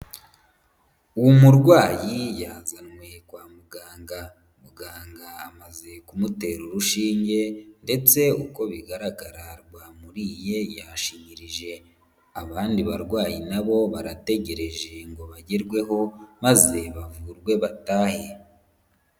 Umurwayi yazanwe kwa muganga. Muganga amaze kumutera urushinge ndetse uko bigaragara rwamuriye, yashinyirije. Abandi barwayi na bo barategereje ngo bagerweho maze bavurwe batahe.